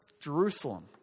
Jerusalem